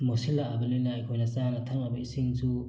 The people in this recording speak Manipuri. ꯃꯣꯠꯁꯤꯜꯂꯛꯂꯕꯅꯤꯅ ꯑꯩꯈꯣꯏꯅ ꯆꯥꯅ ꯊꯛꯅꯕ ꯏꯁꯤꯡꯁꯨ